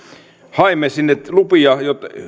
haimme sinne lupia